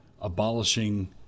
abolishing